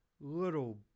little